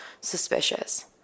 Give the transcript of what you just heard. suspicious